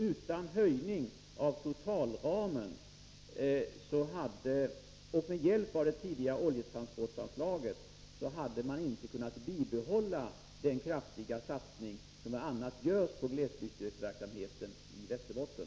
Utan höjning av totalramen och utan hjälp av det tidigare oljetransportanslaget hade man alltså inte kunnat bibehålla den kraftiga satsning som bl.a. görs på glesbygdsstödsverksamheten i Västerbotten.